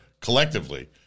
collectively